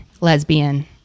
lesbian